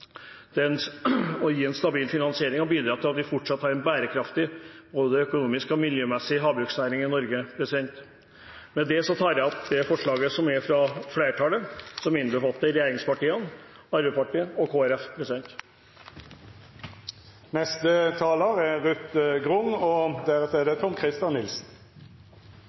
en stabil finansiering, og bidrar til at vi fortsatt har en bærekraftig – både økonomisk og miljømessig – havbruksnæring i Norge. Med det anbefaler jeg tilrådingen fra flertallet, som innbefatter regjeringspartiene, Arbeiderpartiet og Kristelig Folkeparti. Arbeiderpartiet er